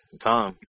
Tom